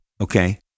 okay